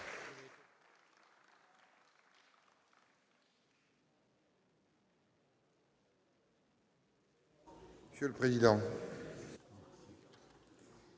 Monsieur le président,